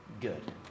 good